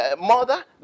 Mother